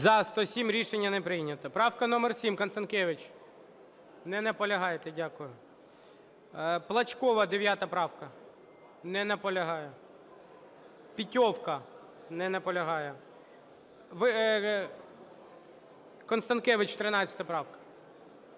За-107 Рішення не прийнято. Правка номер 7, Констанкевич. Не наполягаєте? Дякую. Плачкова, 9 правка. Не наполягає. Петьовка, Не наполягає. Констанкевич, 13 правка.